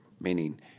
meaning